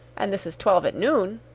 and this is twelve at noon!